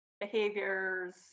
behaviors